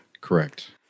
Correct